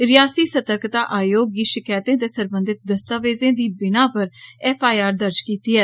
रियास्ती सर्तकता आयोग गी शकैते ते सरबंधित दस्तावेजें दी बीना पर एफआईआर दर्ज कीती ऐ